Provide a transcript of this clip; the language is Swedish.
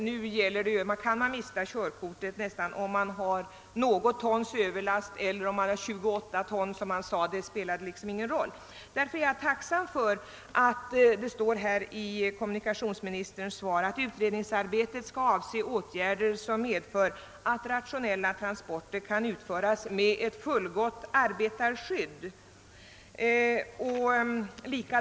Nu kan man mista körkortet om man har något tons överlast lika väl som om man har 28 tons överlast. Jag är därför tacksam för att kommunikationsminis tern i sitt svar framhåller att utredningsarbetet skall avse åtgärder som medför att rationella transporter kan utföras med ett fullgott arbetarskydd.